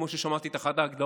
כמו ששמעתי את אחת ההגדרות,